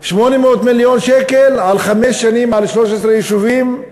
800 מיליון שקל, על חמש שנים, על 13 יישובים,